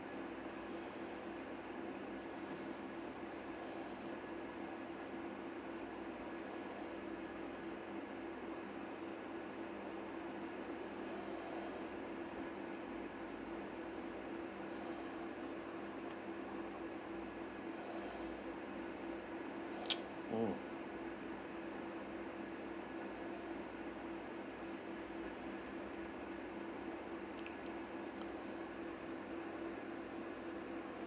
mm